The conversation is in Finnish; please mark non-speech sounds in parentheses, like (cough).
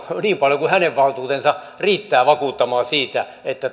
niin paljon kuin hänen valtuutensa riittää vakuuttaisi että (unintelligible)